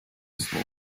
слово